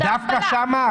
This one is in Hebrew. דווקא שם?